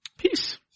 Peace